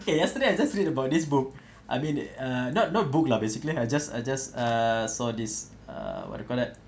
okay yesterday I just read about this book I mean uh not not book lah basically I just I just err saw this err what you call that